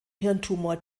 hirntumor